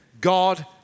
God